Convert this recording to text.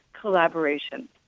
collaboration